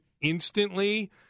instantly